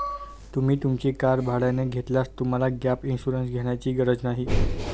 तुम्ही तुमची कार भाड्याने घेतल्यास तुम्हाला गॅप इन्शुरन्स घेण्याची गरज नाही